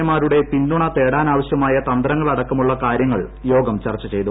A മാരുടെ പിന്തുണ തേടാനാവശ്യമായ തന്ത്രങ്ങൾ അടക്കമുള്ള കാര്യങ്ങൾ യോഗം ചർച്ച ചെയ്തു